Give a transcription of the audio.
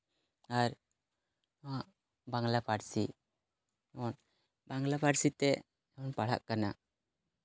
ᱟᱨ ᱱᱚᱣᱟ ᱵᱟᱝᱞᱟ ᱯᱟᱹᱨᱥᱤ ᱱᱚᱣᱟ ᱵᱟᱝᱞᱟ ᱯᱟᱹᱨᱥᱤ ᱛᱮ ᱵᱚᱱ ᱯᱟᱲᱦᱟᱜ ᱠᱟᱱᱟ